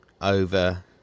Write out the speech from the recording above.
over